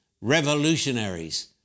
revolutionaries